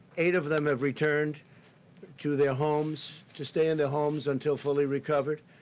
eight of them have returned to their homes, to stay in their homes until fully recovered.